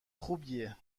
خوبیه